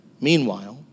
Meanwhile